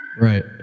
right